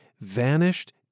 Vanished